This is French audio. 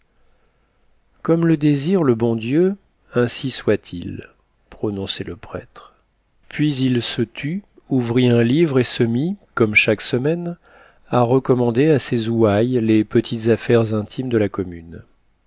comme le désire le bon dieu ainsi soit-il prononçait le prêtre puis il se tut ouvrit un livre et se mit comme chaque semaine à recommander à ses ouailles les petites affaires intimes de la commune